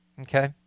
Okay